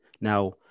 Now